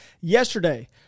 yesterday